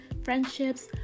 friendships